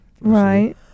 right